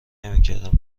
نمیکردم